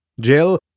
Jill